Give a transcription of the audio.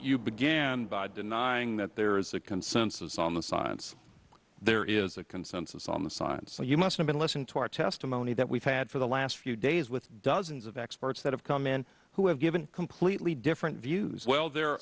you began by denying that there is a concern on the science there is a consensus on the science so you must have been listening to our testimony that we've had for the last few days with dozens of experts that have come in who have given completely different views well there